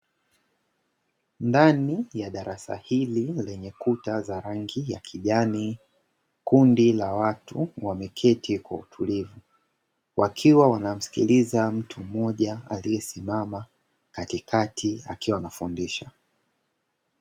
Ndani ya darasa hili lenye kuta za rangi ya kijani, kundi la watu wameketi kwa utulivu wakiwa wanamsikiliza mtu mmoja aliyesimama katikati akiwa anafundisha.